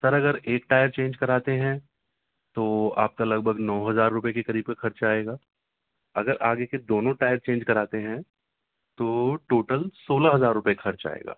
سر اگر ایک tyre change کراتے ہیں تو آپ کا لگ بھگ نو ہزار روپیے کے قریب کچھ خرچہ آئے گا اگر آگے کے دونوں ٹائر چینج کراتے ہیں تو ٹوٹل سولہ ہزار روپے خرچ آئے گا